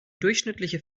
durchschnittliche